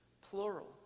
plural